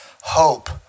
hope